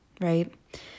right